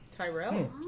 Tyrell